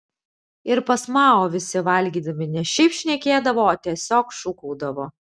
ir pas mao visi valgydami ne šiaip šnekėdavo o tiesiog šūkaudavo